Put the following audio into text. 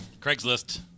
Craigslist